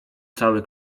cały